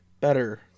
better